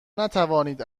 نتوانید